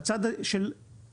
בצד של,